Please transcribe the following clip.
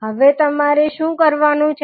હવે તમારે શું કરવાનું છે